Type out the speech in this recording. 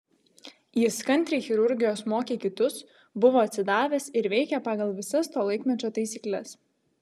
jis kantriai chirurgijos mokė kitus buvo atsidavęs ir veikė pagal visas to laikmečio taisykles